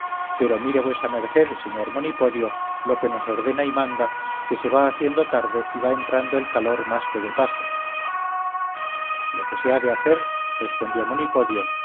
pero mire vuesa merced señor monipodio lo que nos ordena y manda que se va haciendo tarde y va entrando el calor más que de paso lo que se ha de hacer respondió